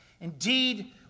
Indeed